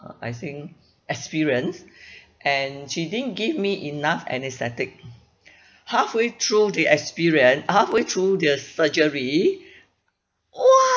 I think experienced and she didn't give me enough anesthetic halfway through the experience halfway through the surgery !wah!